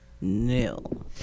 nil